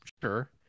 Sure